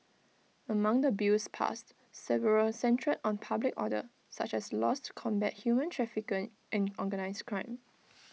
among the bills passed several centred on public order such as laws to combat human trafficking and organised crime